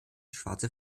schwarze